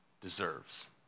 deserves